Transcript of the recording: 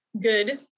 good